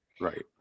Right